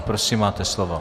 Prosím, máte slovo.